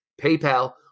PayPal